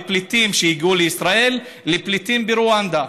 מפליטים שהגיעו לישראל לפליטים ברואנדה,